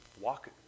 walk